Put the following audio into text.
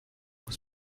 was